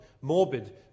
morbid